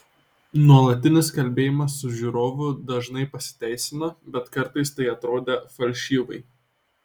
nuolatinis kalbėjimas su žiūrovu dažnai pasiteisino bet kartais tai atrodė falšyvai